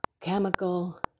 chemical